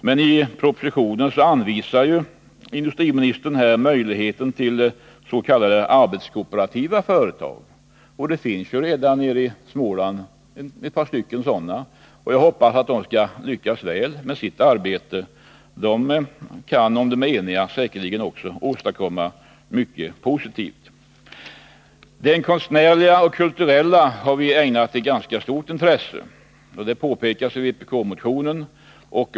Men i propositionen anvisar industriministern möjligheter tills.k. arbetskooperativa företag, och det finns redan ett par stycken sådana i Småland. Jag hoppas att de skall lyckas väl med sitt arbete. De kan, om de är eniga, säkerligen åstadkomma mycket positivt. Det konstnärliga och det kulturella har vi ägnat ganska stort intresse. Även i vpk-motionen understryks den manuella glasindustrins kulturella värde.